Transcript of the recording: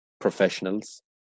professionals